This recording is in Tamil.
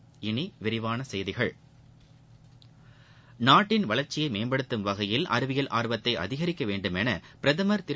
இனி விரிவான செய்திகள் நாட்டின் வளர்ச்சியை மேம்படுத்தும் வகையில் அறிவியல் ஆர்வத்தை அதிகிக்க வேண்டுமென பிரதம் திரு